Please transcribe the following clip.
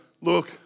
look